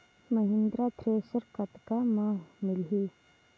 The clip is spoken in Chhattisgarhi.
महिंद्रा थ्रेसर कतका म मिलही?